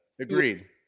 agreed